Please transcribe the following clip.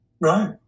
Right